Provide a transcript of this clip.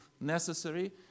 necessary